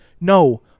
No